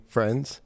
Friends